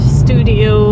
studio